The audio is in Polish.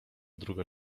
druga